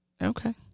Okay